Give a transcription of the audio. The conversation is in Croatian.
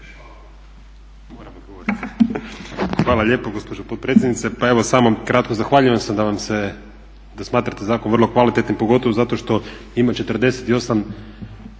Hvala lijepo gospođo potpredsjednice. Pa evo samo kratko. Zahvaljujem vam se da smatrate zakon vrlo kvalitetan i pogotovo zato što ima 48